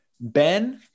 Ben